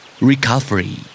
Recovery